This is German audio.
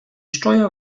steuer